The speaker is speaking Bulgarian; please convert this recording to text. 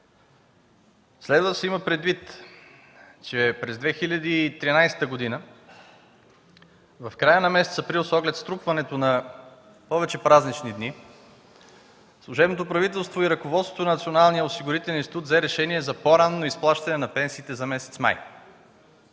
Следва да се има предвид, че в края на месец април 2013 г. с оглед струпването на повече празнични дни, служебното правителство и ръководството на Националния осигурителен институт взе решение за по-ранно изплащане на пенсиите за месец май.